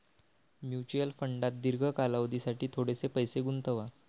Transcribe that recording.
mutual फंडात दीर्घ कालावधीसाठी थोडेसे पैसे गुंतवा